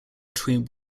between